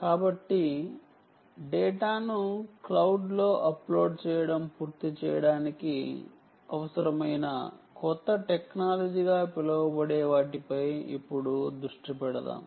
కాబట్టి డేటాను క్లౌడ్ లో అప్లోడ్ చేయడం పూర్తి చేయడానికి అవసరమైన కొత్త టెక్నాలజీగా పిలువబడే వాటిపై ఇప్పుడు దృష్టి పెడదాం